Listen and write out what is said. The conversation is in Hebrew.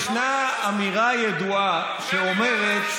ישנה אמירה ידועה שאומרת,